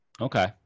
Okay